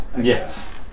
Yes